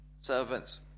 servants